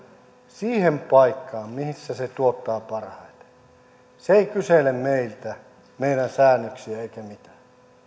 siihen paikkaan missä se tuottaa parhaiten se ei kysele meiltä meidän säännöksiä eikä mitään